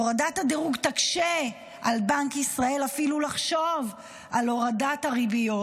הורדת הדירוג תקשה על בנק ישראל אפילו לחשוב על הורדת הריביות,